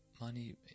money